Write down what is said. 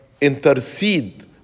intercede